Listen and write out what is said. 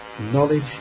knowledge